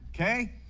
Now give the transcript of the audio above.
okay